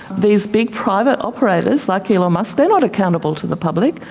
these big private operators, like elon musk, they're not accountable to the public,